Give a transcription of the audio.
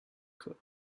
could